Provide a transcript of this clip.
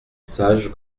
sage